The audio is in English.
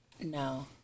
no